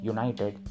United